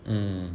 mm